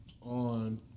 on